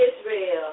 Israel